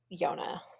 Yona